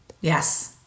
Yes